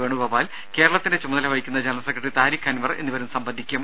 വേണുഗോപാൽ കേരളത്തിന്റെ ചുമതല വഹിക്കുന്ന ജനറൽ സെക്രട്ടറി താരിഖ് അൻവർ എന്നിവരും സംബന്ധിക്കും